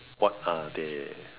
what are they